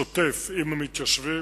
שוטף, עם המתיישבים.